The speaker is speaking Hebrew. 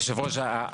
היושב-ראש,